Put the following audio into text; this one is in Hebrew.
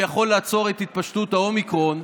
שיכול לעצור את התפשטות האומיקרון,